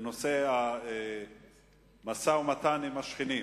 בנושא המשא-ומתן עם השכנים.